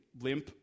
limp